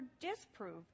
disprove